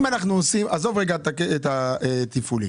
עזוב את התפעולי.